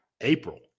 April